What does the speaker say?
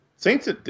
Saints